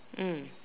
mm